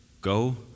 Go